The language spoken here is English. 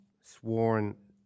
sworn